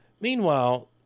meanwhile